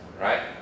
right